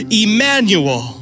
Emmanuel